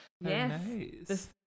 Yes